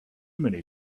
many